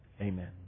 Amen